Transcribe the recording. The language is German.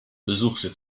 besuchte